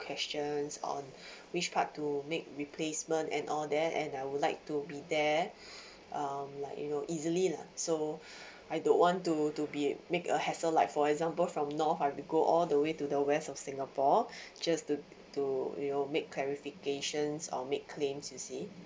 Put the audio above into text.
questions on which part to make replacement and all that and I would like to be there um like you know easily lah so I don't want to to be make a hassle like for example from north I will go all the way to the west of singapore just to to you know make clarification or make claims you see